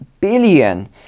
billion